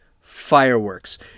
fireworks